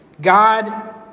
God